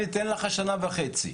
ניתן לך שנה וחצי,